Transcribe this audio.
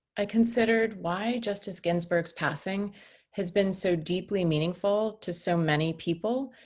i considered why justice ginsburg's passing has been so deeply meaningful to so many people,